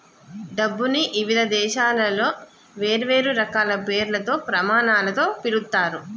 డబ్బుని ఇవిధ దేశాలలో వేర్వేరు రకాల పేర్లతో, ప్రమాణాలతో పిలుత్తారు